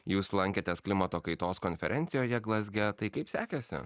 jūs lankėtės klimato kaitos konferencijoje glazge tai kaip sekėsi